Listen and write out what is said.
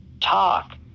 talk